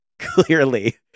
Clearly